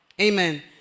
Amen